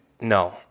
no